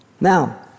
Now